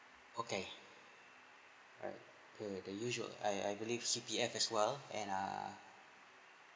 okay right the the usual I I believe C_P_F as well and ah